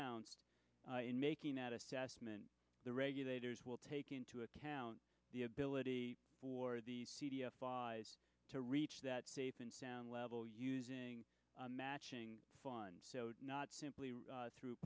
ounced in making that assessment the regulators will take into account the ability for the five to reach that safe and sound level using matching funds not simply through